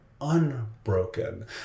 unbroken